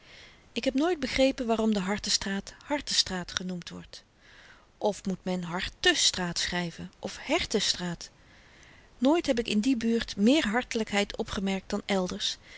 ik heb nooit begrepen waarom de hartenstraat hartenstraat genoemd wordt of moet men hartéstraat schryven of hèrtenstraat nooit heb ik in die buurt meer hartelykheid opgemerkt dan elders